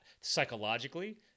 psychologically